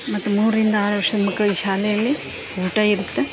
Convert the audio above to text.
ಮತ್ತು ಮೂರರಿಂದ ಆರು ವರ್ಷದ ಮಕ್ಕಳಿಗೆ ಶಾಲೆಯಲ್ಲಿ ಊಟ ಇರುತ್ತೆ